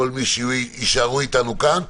כל מי שיישארו איתנו כאן.